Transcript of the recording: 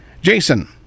Jason